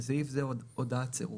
(בסעיף זה הודעת סירוב).